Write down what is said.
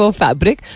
fabric